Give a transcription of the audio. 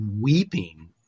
weeping